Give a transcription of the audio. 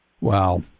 Wow